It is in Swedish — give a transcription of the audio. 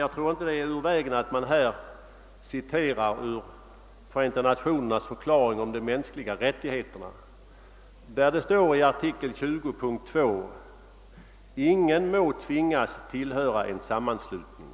Jag tror inte det är ur vägen att man här citerar ur Förenta nationernas förklaring om de mänskliga rättigheterna, där det står i artikel 20 p. 2: »Ingen må tvingas tillhöra en sammanslutning».